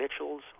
Mitchell's